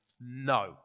no